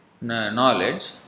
knowledge